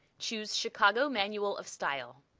choose chicago manual of style'.